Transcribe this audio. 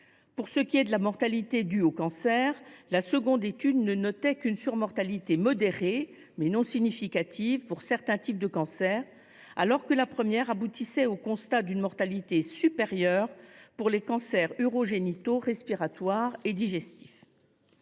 Pour ce qui est de la mortalité due au cancer, la seconde étude ne notait qu’une surmortalité modérée, mais non significative, liée à certains types de cancers, alors que la première aboutissait au constat d’une mortalité supérieure pour les cancers urogénitaux, respiratoires et digestifs.